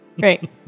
Great